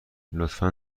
لطفا